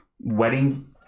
Wedding